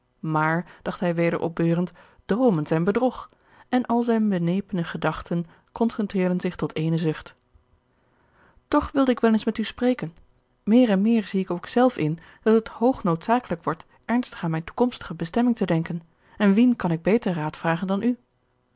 mààr dacht hij weder opbeurend droomen zijn bedrog en al zijne benepene gedachten concentreerden zich tot ééne zucht toch wilde ik wel eens met u spreken meer en meer zie ik ook zelf in dat het hoog noodzakelijk wordt ernstig aan mijne toekomstige bestemming te denken en wien kan ik beter raad vragen dan u